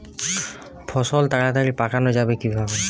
ফসল তাড়াতাড়ি পাকানো যাবে কিভাবে?